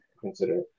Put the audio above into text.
consider